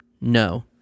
No